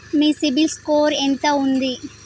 మీ CIBIL score ఎంత ఉంది?